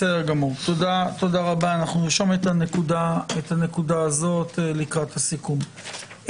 תודה רבה, נרשום את הנקודה הזאת לקראת הסיכום.